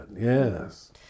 Yes